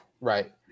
right